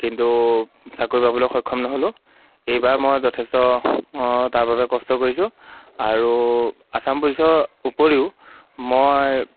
কিন্তু চাকৰি পাবলৈ সক্ষম নহ'লোঁ এইবাৰ মই যথেষ্ট তাৰ বাবে কষ্ট কৰিছোঁ আৰু আচাম পুলিচৰ উপৰিও মই